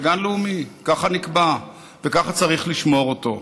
זה גן לאומי, ככה נקבע וככה צריך לשמור אותו.